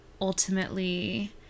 ultimately